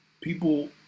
People